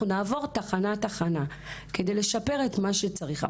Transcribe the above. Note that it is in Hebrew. אנחנו נעבור תחנה-תחנה כדי לשפר את מה שצריך,